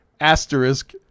Asterisk